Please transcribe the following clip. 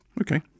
okay